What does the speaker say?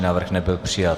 Návrh nebyl přijat.